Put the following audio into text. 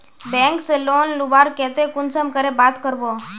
Bank से loan लुबार केते कुंसम करे बात करबो?